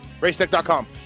Racetech.com